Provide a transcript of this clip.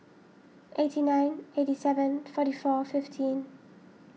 eighty nine eighty seven forty four fifteen